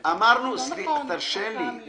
מאוד אינטנסיבי עם השפעה ששינתה במשרד